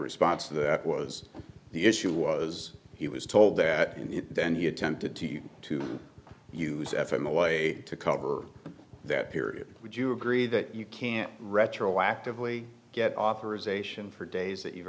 response to that was the issue was he was told that in the then he attempted to use f in a way to cover that period would you agree that you can't retroactively get authorization for days that you've